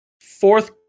Fourth